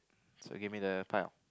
so give me the file